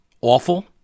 awful